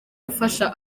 gufasha